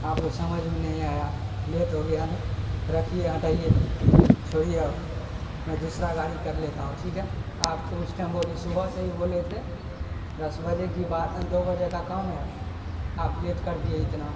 آپ کو سمجھ میں نہیں آیا لیٹ ہو گیا نا رکھیے ہٹائیے چھوڑیے اب میں دوسرا گاڑی کر لیتا ہوں ٹھیک ہے آپ کو اس ٹائم بولے صبح سے ہی بولے تھے دس بجے کی دو بجے کا کم ہے آپ لیٹ کر دیے اتنا